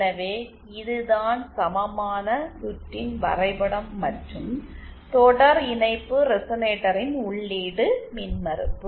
எனவே இதுதான் சமமான சுற்றின் வரைபடம் மற்றும் தொடர் இணைப்பு ரெசெனேட்டரின் உள்ளீடு மின்மறுப்பு